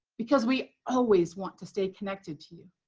because we always want to stay connected to you.